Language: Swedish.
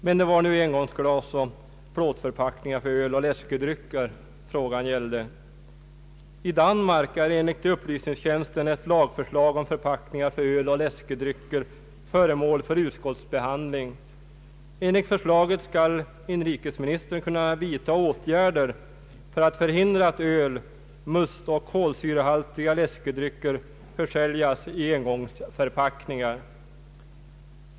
Men det var nu engångsglas och plåtförpackning för öl och läskedrycker frågan gällde, I Danmark är, enligt upplysningstjänsten, ett lagförslag om förpackningar för öl och läskedrycker föremål för utskottsbehandling. Enligt förslaget skall inrikesministern kunna vidta åtgärder för att förhindra att öl, must och kolsyrehaltiga läskedrycker försäljes i engångsförpackningar.